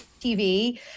TV